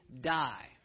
die